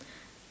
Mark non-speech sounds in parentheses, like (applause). (noise)